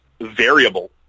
variable